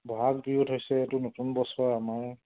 বহাগ বিহুত হৈছে এইটো নতুন বছৰ আমাৰ